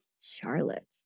Charlotte